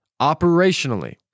operationally